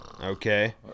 okay